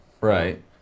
Right